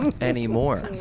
anymore